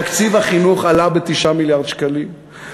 תקציב החינוך עלה ב-9 מיליארד שקלים,